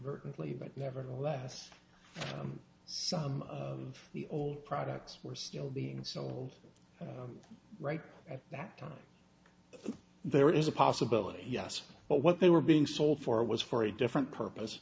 ly but nevertheless some of the old products were still being sold right at that time there is a possibility yes but what they were being sold for was for a different purpose